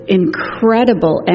incredible